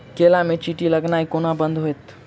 केला मे चींटी लगनाइ कोना बंद हेतइ?